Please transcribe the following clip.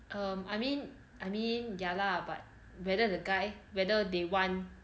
um I mean I mean ya lah but whether the guy whether they want